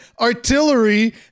artillery